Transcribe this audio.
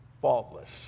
faultless